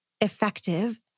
effective